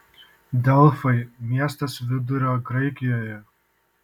delfai miestas vidurio graikijoje